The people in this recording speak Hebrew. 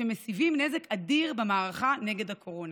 שמסיבים נזק אדיר במערכה נגד הקורונה.